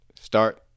start